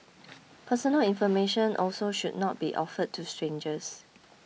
personal information also should not be offered to strangers